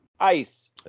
Ice